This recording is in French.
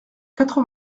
quatre